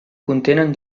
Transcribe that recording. contenen